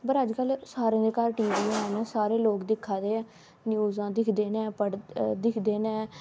पर अज्जकल सारें दे घर टी वी हैन सारे लोक दिक्खा दे न्यूज़ां दिक्खदे न पढ़दे दिक्खदे न